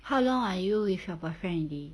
how long are you with your boyfriend already